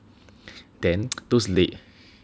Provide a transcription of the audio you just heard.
then those la~